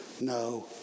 no